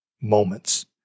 moments